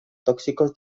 tóxicos